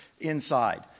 inside